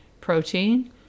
protein